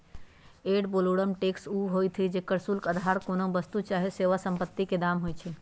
ad valorem tax उ हइ जेते शुल्क अधार कोनो वस्तु, सेवा चाहे सम्पति के दाम होइ छइ